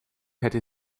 hätte